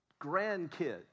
grandkids